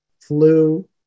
flu